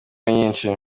nyinshi